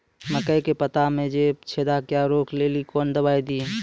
मकई के पता मे जे छेदा क्या रोक ले ली कौन दवाई दी?